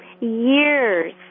years